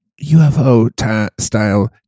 UFO-style